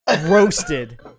Roasted